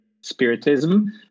Spiritism